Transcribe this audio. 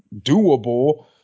doable